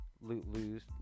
lose